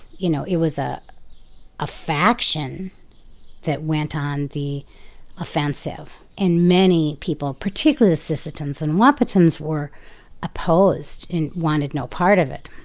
you know it was a ah faction that went on the offensive. and many people, particularly the sissetons and wahpetons, were opposed and wanted no part of it.